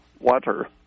water